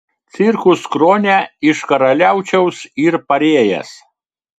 cirkus krone iš karaliaučiaus yr parėjęs